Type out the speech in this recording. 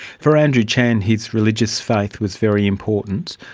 for andrew chan, his religious faith was very important.